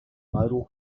modal